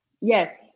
Yes